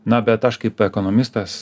na bet aš kaip ekonomistas